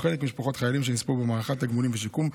או חוק משפחות חיילים שנספו במערכה (תגמולים ושיקום),